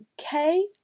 okay